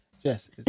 Yes